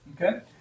okay